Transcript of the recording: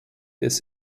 des